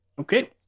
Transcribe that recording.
Okay